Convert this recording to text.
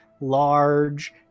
large